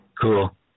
Cool